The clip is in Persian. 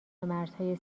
مرزهای